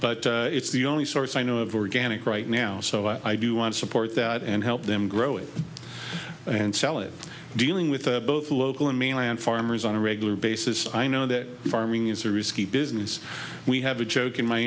but it's the only source i know of organic right now so i do want to support that and help them grow it and sell it dealing with both local and mainland farmers on a regular basis i know that farming is a risky business we have a joke in my